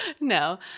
No